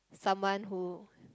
someone who